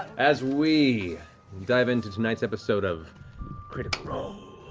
as we dive into tonight's episode of critical role!